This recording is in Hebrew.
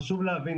חשוב להבין,